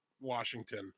Washington